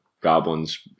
goblins